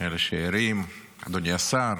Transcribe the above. אלה שערים, אדוני השר,